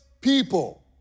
people